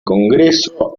congreso